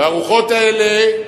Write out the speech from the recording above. והרוחות האלה,